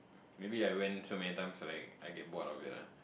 maybe I went so many times ah like I get bored of it ah